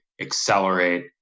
accelerate